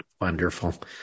Wonderful